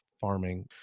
farming